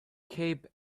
cape